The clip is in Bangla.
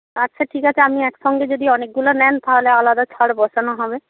আচ্ছা ঠিক আছে আপনি একসঙ্গে যদি অনেকগুলো নেন তাহলে আলাদা ছাড় বসানো হবে